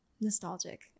nostalgic